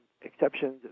exceptions